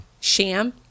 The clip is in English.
Sham